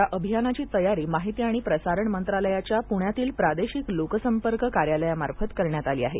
या अभियानाची तयारी माहिती आणि प्रसारण मंत्रालयाच्या पुण्यातील प्रादेशिक लोकसंपर्क कार्यालयामार्फत करण्यात आली आहे